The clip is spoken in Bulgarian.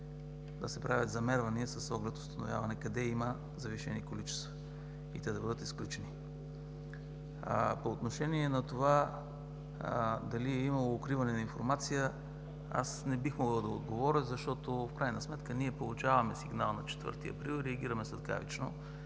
да се правят замервания с оглед установяване къде има завишени количества и те да бъдат изключени. По отношение на това дали е имало укриване на информация, аз не бих могъл да отговоря, защото в крайна сметка ние получаваме сигнал на 4 април и реагираме светкавично.